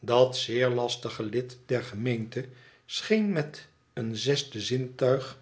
dat zeer lastige lid der gemeente scheen meteen zesde zintuig